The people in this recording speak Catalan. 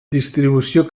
distribució